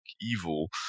evil